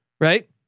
right